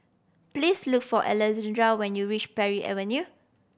please look for Alexandra when you reach Parry Avenue